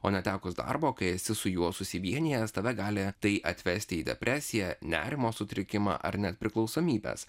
o netekus darbo kai esi su juo susivienijęs tave gali tai atvesti į depresiją nerimo sutrikimą ar net priklausomybes